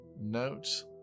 note